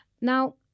Now